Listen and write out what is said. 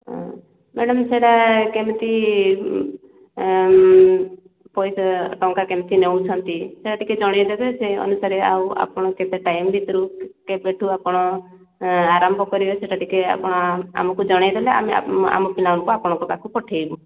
ହଁ ମ୍ୟାଡାମ୍ ସେଟା କେମିତି ପଇଶା ଟଙ୍କା କେମିତି ନେଉଛନ୍ତି ସେଟା ଟିକିଏ ଜଣାଇଦେବେ ସେଇ ଅନୁସାରେ ଆଉ ଆପଣ କେତେ ଟାଇମ୍ ଭିତରୁ କେବେଠୁ ଆପଣ ଆରମ୍ଭ କରିବେ ସେଟା ଟିକିଏ ଆପଣ ଆମକୁ ଜଣାଇଦେଲେ ଆମେ ଆପଣ ଆମ ପିଲାକୁ ଆପଣଙ୍କ ପାଖକୁ ପଠାଇବୁ